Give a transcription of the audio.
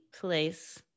place